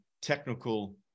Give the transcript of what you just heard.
technical